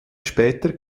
später